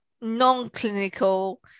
non-clinical